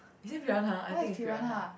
is it piranha I think it's piranha